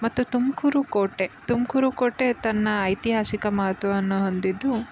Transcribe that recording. ಮತ್ತು ತುಮಕೂರು ಕೋಟೆ ತುಮಕೂರು ಕೋಟೆ ತನ್ನ ಐತಿಹಾಸಿಕ ಮಹತ್ವವನ್ನು ಹೊಂದಿದ್ದು